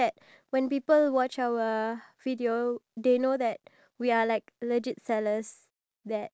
ya I felt okay eh but then like like now like it's okay again but then